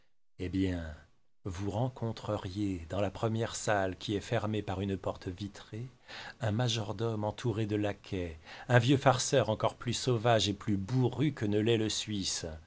eh bien vous rencontreriez dans la première salle qui est fermée par une porte vitrée un majordome entouré de laquais un vieux farceur encore plus sauvage et plus bourru que ne l'est le suisse